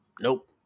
Nope